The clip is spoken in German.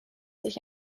sich